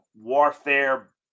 warfare